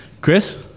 Chris